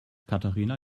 katharina